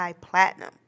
platinum